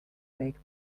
make